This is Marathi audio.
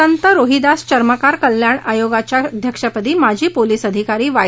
संत रोहिदास चर्मकार कल्याण आयोगाच्या अध्यक्षपदी माजी पोलीस अधिकारी वाय